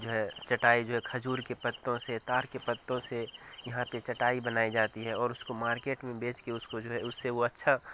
جو ہے چٹائی جو ہے کھجور کے پتوں سے تار کے پتوں سے یہاں پہ چٹائی بنائی جاتی ہے اور اس کو مارکیٹ میں بیچ کے اس کو جو ہے اس سے وہ اچھا